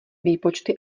výpočty